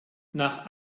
nach